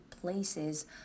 places